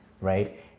right